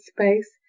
space